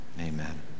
Amen